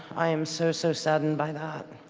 i am so, so saddened by that.